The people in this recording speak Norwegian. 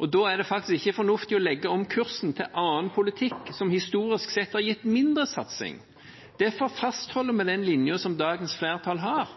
vei. Da er det faktisk ikke fornuftig å legge om kursen til en politikk som historisk sett har gitt mindre satsing. Derfor fastholder vi den linjen som dagens flertall har.